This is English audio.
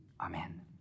Amen